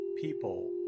people